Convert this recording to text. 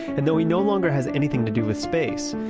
and though he no longer has anything to do with space,